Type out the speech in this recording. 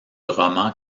roman